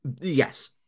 Yes